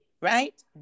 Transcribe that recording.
right